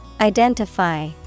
Identify